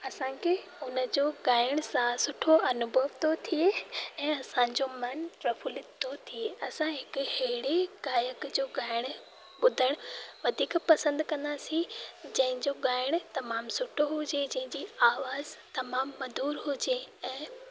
असां खे उन जो ॻाइण सां सुठो अनूभव थो थिए ऐं असां जो मनु प्रफुल्लित थो थिए असां हिकु अहिड़े गायक जो ॻाइणु ॿुधणु वधीक पसंदि कंदासीं जंहिंजो ॻाइणु तमामु सुठो हुजे जंहिंजी आवाज़ु तमामु मधुर हुजे ऐं